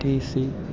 T C